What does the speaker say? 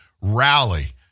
rally